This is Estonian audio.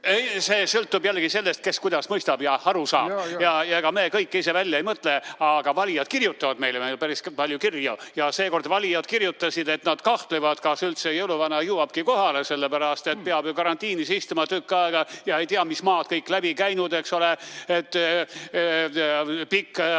See sõltub jällegi sellest, kes kuidas mõistab ja aru saab. Ja ega me kõike ise välja ei mõtle, ka valijad kirjutavad meile päris palju kirju. Seekord valijad kirjutasid, et nad kahtlevad, kas jõuluvana üldse jõuabki kohale, sellepärast et ta peab ju tükk aega karantiinis istuma. Ei tea, mis maad kõik läbi käinud, eks ole. Ka pikk